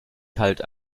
kalt